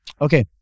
okay